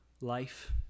life